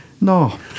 No